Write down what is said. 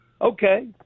Okay